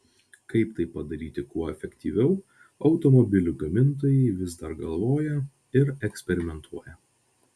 kaip tai padaryti kuo efektyviau automobilių gamintojai vis dar galvoja ir eksperimentuoja